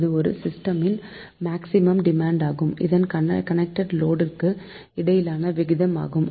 இது ஒரு சிஸ்டமின் மேக்சிமம் டிமாண்ட்maximum demand க்கும் அதன் கனெக்டட் லோடு க்கும் இடையிலான விகிதம் ஆகும்